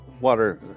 Water